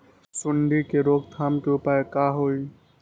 सूंडी के रोक थाम के उपाय का होई?